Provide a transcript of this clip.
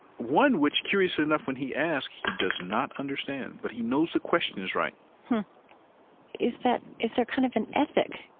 one which, curiously enough when he asks, he does not understand. but he knows the question is right is right is there kind of an ethic